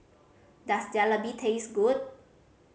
does Jalebi taste good